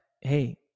hey